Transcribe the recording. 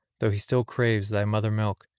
though he still craves thy mother milk,